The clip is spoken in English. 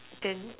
then